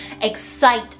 excite